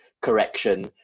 correction